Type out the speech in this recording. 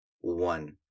one